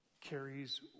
carries